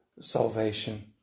salvation